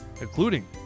including